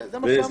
זה מה שאמרתי.